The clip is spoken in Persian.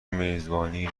میزبانی